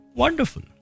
wonderful